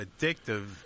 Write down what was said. addictive